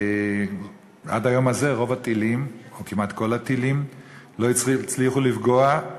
עד היום הזה רוב הטילים או כמעט כל הטילים לא הצליחו לפגוע.